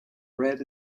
red